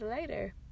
later